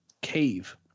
cave